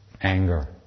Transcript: anger